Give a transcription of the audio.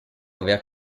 aver